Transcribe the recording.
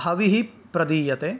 हविः प्रदीयते